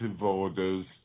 orders